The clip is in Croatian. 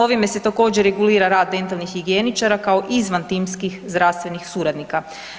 Ovime se također regulira rad dentalnih higijeničara kao izvan timskih zdravstvenih suradnika.